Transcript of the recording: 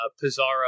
Pizarro